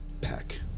pack